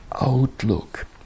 outlook